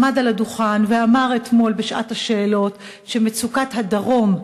עמד על הדוכן ואמר אתמול בשעת השאלות שמצוקת הדרום,